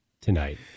tonight